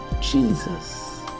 jesus